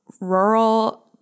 rural